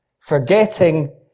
Forgetting